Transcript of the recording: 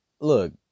Look